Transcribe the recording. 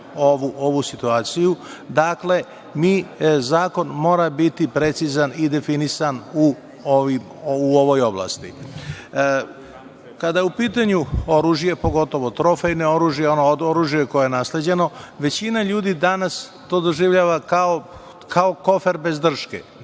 ovu situaciju. Dakle, zakon mora biti precizan i definisan u ovoj oblasti. Kada je u pitanju oružje, pogotovo trofejno oružje, ono oružje koje je nasleđeno, većina ljudi danas to doživljava kao kofer bez drške.